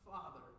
Father